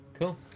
Cool